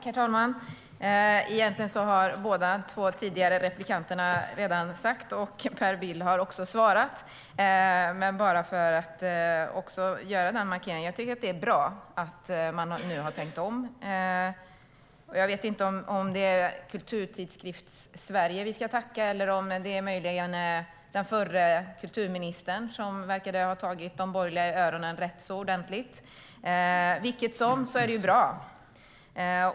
Herr talman! Egentligen har de båda föregående replikörerna redan sagt allt, och Per Bill har också svarat, men bara för att göra markeringen: Jag tycker att det är bra att man nu har tänkt om. Jag vet inte om det är Kulturtidskriftssverige vi ska tacka eller om det möjligen är den förra kulturministern som verkar ha tagit de borgerliga i örat rätt ordentligt. Vilket det än är så är det bra.